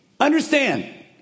Understand